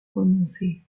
renoncer